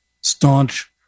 staunch